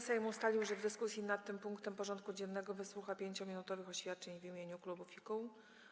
Sejm ustalił, że w dyskusji nad tym punktem porządku dziennego wysłucha 5-minutowych oświadczeń w imieniu klubów i kół.